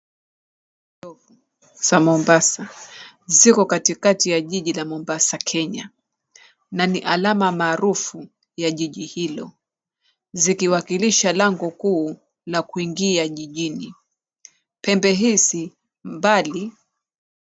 Pembe za ndovu za Mombasa ziko katikakati ya jiji la Mombasa Kenya na ni alama maarufu ya jiji hilo, zikiwakilisha lango kuu la kuingia jijini. Pembe hizi mbali...